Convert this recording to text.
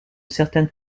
certaines